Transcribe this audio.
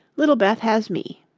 little beth has me.